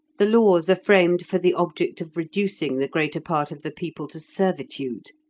the laws are framed for the object of reducing the greater part of the people to servitude.